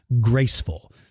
graceful